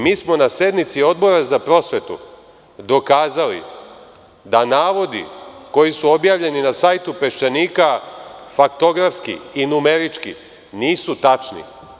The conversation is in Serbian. Mi smo na sednici Odbora za prosvetu dokazali da navodi koji su objavljeni na sajtu „Peščanika“ faktografski i numerički nisu tačni.